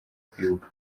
kwibuka